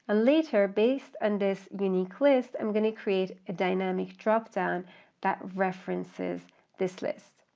ah later based on this unique list i'm going to create a dynamic drop-down that references this list.